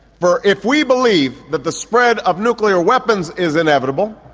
for if we believe that the spread of nuclear weapons is inevitable,